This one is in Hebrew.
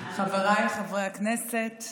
חבריי חברי הכנסת,